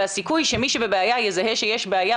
והסיכוי שמי שבבעיה יזהה שיש בעיה,